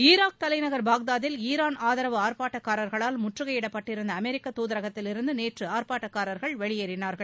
Iraq தலைநகர் பாக்தாத்தில் Iran ஆதரவு ஆர்ப்பாட்டக்காரர்களால் முற்றுகையிடப்பட்டிருந்த அமெரிக்க துாதரகத்திலிருந்து நேற்று ஆர்ப்பாட்டக்கார்கள் வெளியேறினார்கள்